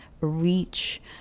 reach